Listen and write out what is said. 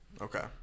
Okay